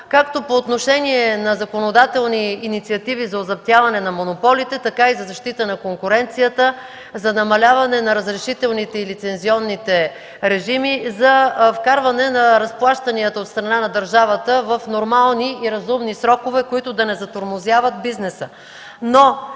както по отношение на законодателни инициативи за озаптяване на монополите, така и за защита на конкуренцията, за намаляване на разрешителните и лицензионните режими, за вкарване на разплащанията от страна на държавата в нормални и разумни срокове, които да не затормозяват бизнеса.